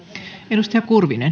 arvoisa